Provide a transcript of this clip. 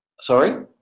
Sorry